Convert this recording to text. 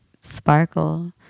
Sparkle